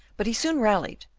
but he soon rallied,